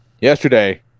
yesterday